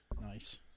Nice